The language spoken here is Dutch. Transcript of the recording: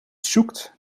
zoekt